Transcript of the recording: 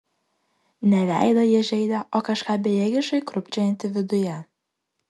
ne veidą jie žeidė o kažką bejėgiškai krūpčiojantį viduje